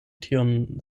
tiun